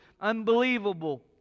unbelievable